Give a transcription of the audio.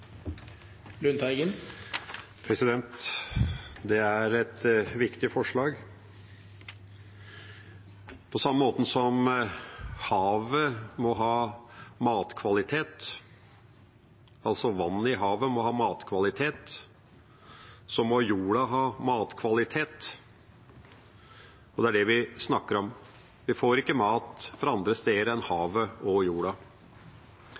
et viktig forslag. På samme måte som vannet i havet må ha matkvalitet, må jorda ha matkvalitet. Det er det vi snakker om. Vi får ikke mat fra andre steder enn havet og jorda.